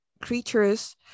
creatures